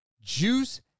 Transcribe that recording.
Juice